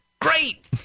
Great